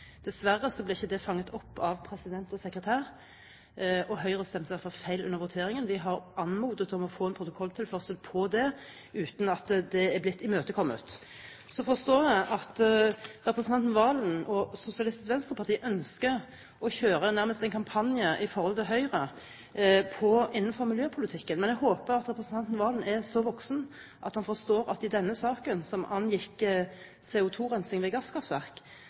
Dessverre ble ikke det fanget opp av president og sekretær, og Høyre stemte derfor feil under voteringen. Vi har anmodet om å få en protokolltilførsel på det uten at det er blitt imøtekommet. Så forstår jeg at representanten Serigstad Valen og Sosialistisk Venstreparti ønsker å kjøre nærmest en kampanje mot Høyre innenfor miljøpolitikken. Men jeg håper representanten Serigstad Valen er så voksen at han forstår at når voteringen i denne saken, som angikk CO2-rensing ved